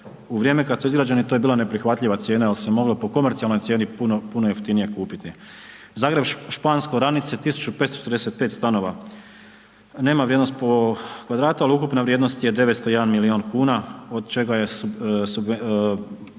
U vrijeme kad su izgrađeni to je bila neprihvatljiva cijena jer se moglo po komercijalnoj cijeni puno jeftinije kupiti. Zagreb Špansko, Oranice 1.545 stanova, nema vrijednost po kvadratu ali ukupna vrijednost je 901 milion kuna od čega je poticajna